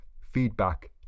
feedback